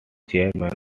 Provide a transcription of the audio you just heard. chairman